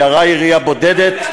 ירה ירייה בודדת,